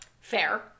Fair